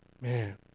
Man